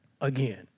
again